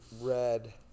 red